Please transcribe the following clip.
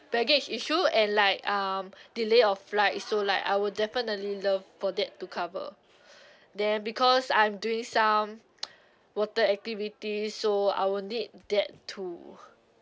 baggage issue and like um delay of flight so like I will definitely love for that to cover then because I'm doing some water activities so I will need that too